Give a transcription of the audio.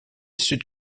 sud